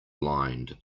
blind